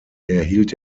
erhielt